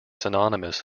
synonymous